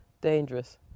dangerous